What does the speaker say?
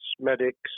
medics